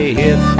hit